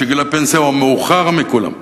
שגיל הפנסיה בה הוא המאוחר מכולם.